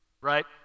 right